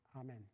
amen